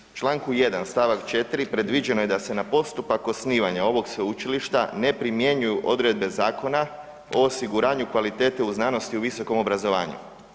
Naime, u čl. 1. st. 4. predviđeno je da se na postupak osnivanja ovog sveučilišta ne primjenjuju odredbe Zakona o osiguranju kvalitete u znanosti i visokom obrazovanju.